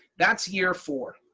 that's year four.